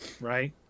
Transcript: Right